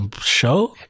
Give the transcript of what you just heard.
show